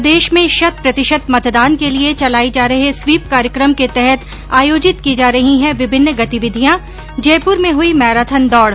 प्रदेश में शत प्रतिशत मतदान के लिये चलाये जा रहे स्वीप कार्यक्रम के तहत आयोजित की जा रही है विभिन्न गतिविधियां जयपुर में हुई मैराथन दौड़